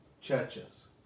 churches